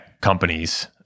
companies